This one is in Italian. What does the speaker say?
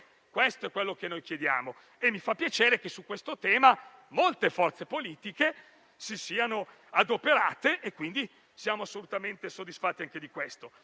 Questo è quello su cui chiediamo di riflettere e mi fa piacere che su questo tema molte forze politiche si siano adoperate e quindi siamo assolutamente soddisfatti anche di questo.